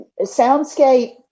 soundscape